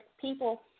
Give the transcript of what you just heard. people